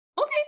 okay